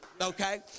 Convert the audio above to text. Okay